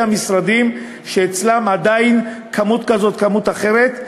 אלה המשרדים שאצלם עדיין יש כמות כזו או אחרת,